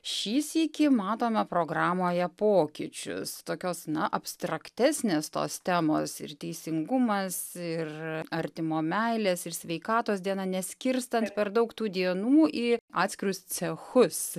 šį sykį matome programoje pokyčius tokios na abstraktesnės tos temos ir teisingumas ir artimo meilės ir sveikatos diena neskirstant per daug tų dienų į atskirus cechus